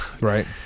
Right